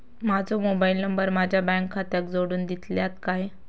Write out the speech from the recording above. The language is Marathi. माजो मोबाईल नंबर माझ्या बँक खात्याक जोडून दितल्यात काय?